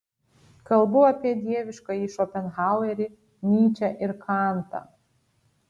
kalbu apie dieviškąjį šopenhauerį nyčę ir kantą